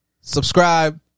subscribe